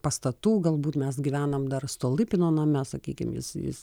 pastatų gal būt mes gyvenom dar stolipino name sakykim jis jis